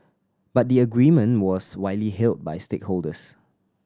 but the agreement was widely hailed by stakeholders